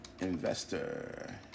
investor